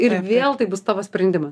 ir vėl tai bus tavo sprendimas